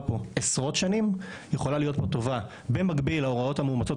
פה עשרות שנים יכולה להיות טובה במקביל להוראות המאומצות,